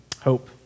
Hope